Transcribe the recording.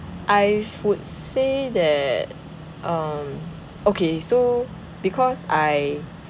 I would say that um okay so because I